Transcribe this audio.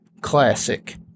classic